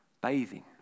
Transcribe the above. bathing